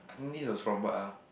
I think this was from what ah